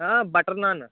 butter naan